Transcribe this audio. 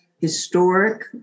historic